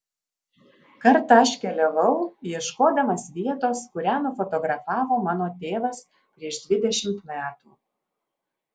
kartą aš keliavau ieškodamas vietos kurią nufotografavo mano tėvas prieš dvidešimt metų